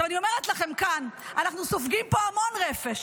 אני אומרת לכם כאן: אנחנו סופגים פה המון רפש,